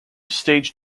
stage